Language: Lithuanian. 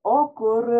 o kur